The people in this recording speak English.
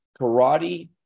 karate